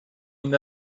این